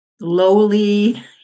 lowly